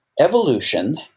evolution